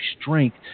strength